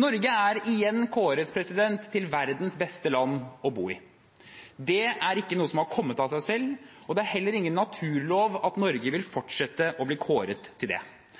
Norge er igjen kåret til verdens beste land å bo i. Det er ikke noe som har kommet av seg selv, og det er heller ingen naturlov at Norge fortsatt vil bli kåret til det.